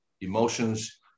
emotions